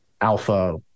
Alpha